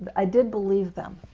i did believe them,